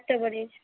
ହାତ ବଢ଼େଇଛି